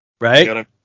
Right